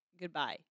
goodbye